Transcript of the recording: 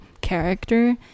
character